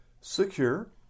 secure